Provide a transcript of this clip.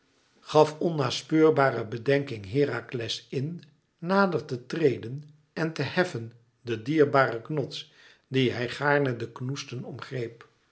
gaf onnaspeurbare bedenking herakles in nader te treden en te heffen den dierbaren knots dien hij gaarne de knoesten omgreep